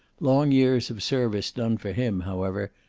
long years of service done for him, however,